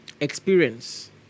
experience